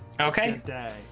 Okay